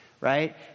right